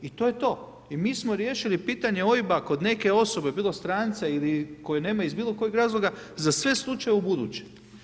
I to je to. i mi smo riješili pitanje OIB-a kod neke osobe, bilo stranca ili koji nema iz bilokojeg razloga, za sve slučajeve u buduće.